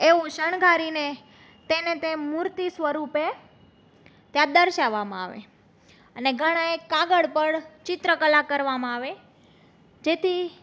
એવું શણગારીને તેને તે મૂર્તિ સ્વરૂપે ત્યાં દર્શાવવામાં આવે અને ઘણાય કાગળ પર ચિત્રકળા કરવામાં આવે જેથી